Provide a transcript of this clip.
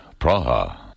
Praha